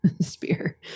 spear